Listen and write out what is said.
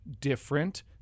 different